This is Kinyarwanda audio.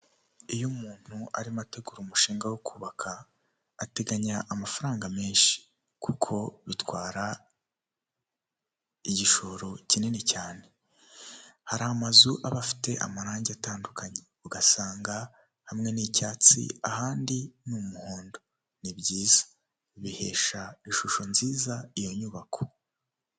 Iyo umuntu arimo ategura umushinga wo kubaka ateganya amafaranga menshi, kuko bitwara, igishoro kinini cyane hari amazu aba afite amarangi atandukanye, ugasanga hamwe n'icyatsi ahandi ni umuhondo ni byiza, bihesha ishusho nziza iyo nyubako.